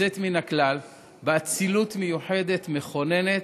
יוצאת מן הכלל, באצילות מיוחדת, מכוננת.